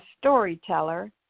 storyteller